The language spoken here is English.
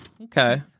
okay